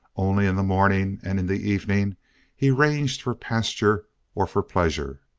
only in the morning and in the evening he ranged for pasture or for pleasure.